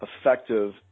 effective